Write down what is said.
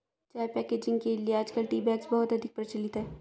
चाय पैकेजिंग के लिए आजकल टी बैग्स बहुत अधिक प्रचलित है